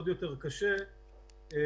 נושא אחרון,